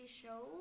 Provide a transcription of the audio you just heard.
show